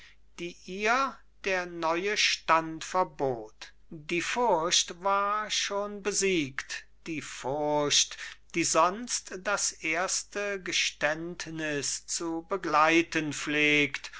die ihr der neue stand verbot die furcht war schon besiegt die furcht die sonst das erste geständnis zu begleiten pflegt